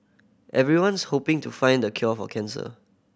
everyone's hoping to find the cure for cancer